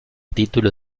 título